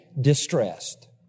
distressed